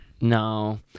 No